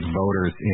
voters